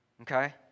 Okay